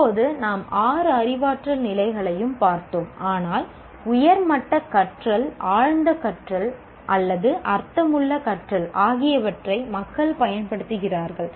இப்போது நாம் ஆறு அறிவாற்றல் நிலைகளையும் பார்த்தோம் ஆனால் உயர் மட்ட கற்றல் ஆழ்ந்த கற்றல் அல்லது அர்த்தமுள்ள கற்றல் ஆகியவற்றை மக்கள் பயன்படுத்துகிறார்கள்